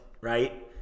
right